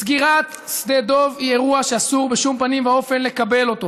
סגירת שדה דב היא אירוע שאסור בשום פנים ואופן לקבל אותו.